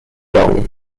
dong